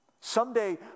someday